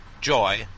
joy